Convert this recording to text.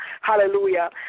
Hallelujah